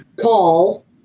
Call